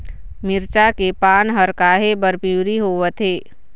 मिरचा के पान हर काहे बर पिवरी होवथे?